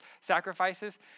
sacrifices